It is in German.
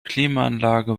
klimaanlage